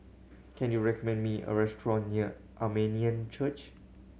can you recommend me a restaurant near Armenian Church